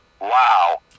wow